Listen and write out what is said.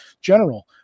general